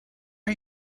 are